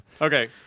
okay